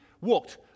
walked